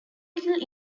little